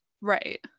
Right